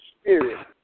spirit